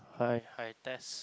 hi hi test